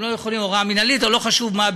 בהוראה מינהלית או לא חשוב מה,